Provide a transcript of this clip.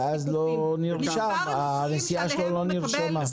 ואז הנסיעה שלו לא נרשמת.